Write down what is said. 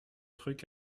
trucs